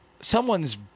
someone's